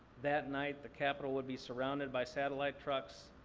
that night, the capitol would be surrounded by satellite trucks.